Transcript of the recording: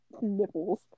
Nipples